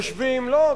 לא.